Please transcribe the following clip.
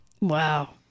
Wow